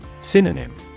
Synonym